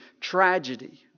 tragedy